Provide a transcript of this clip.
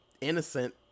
innocent